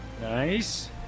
Nice